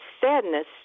sadness